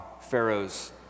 Pharaoh's